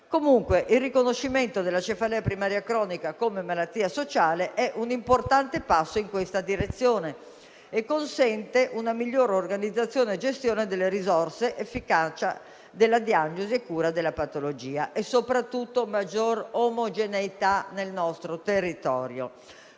Comunque, il riconoscimento della cefalea primaria cronica come malattia sociale è un importante passo in questa direzione e consente una migliore organizzazione e gestione delle risorse, l'efficacia della diagnosi e cura della patologia, e soprattutto consente maggiore omogeneità nel nostro territorio.